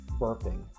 burping